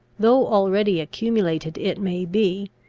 though already accumulated, it may be,